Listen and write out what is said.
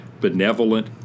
benevolent